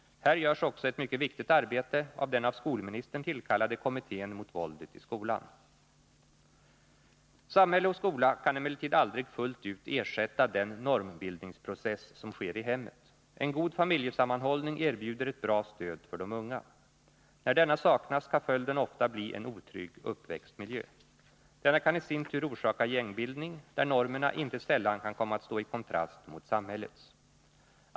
Här görs också ett mycket viktigt arbete av den av skolministern tillkallade kommittén mot våldet i skolan. Samhälle och skola kan emellertid aldrig fullt ut ersätta den normbildningsprocess som sker i hemmet. En god familjesammanhållning erbjuder ett bra stöd för de unga. När denna saknas, kan följden ofta bli en otrygg uppväxtmiljö. Denna kan i sin tur orsaka gängbildning, där normerna inte sällan kan komma att stå i kontrast mot samhällets.